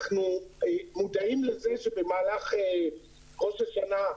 אנחנו מודעים לזה שבמהלך ראש השנה,